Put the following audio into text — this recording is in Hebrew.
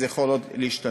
זה יכול עוד להשתנות.